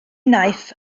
wnaeth